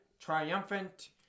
triumphant